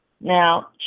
Now